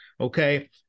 Okay